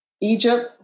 Egypt